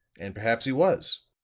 and perhaps he was.